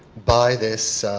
by this,